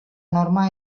norma